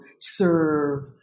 serve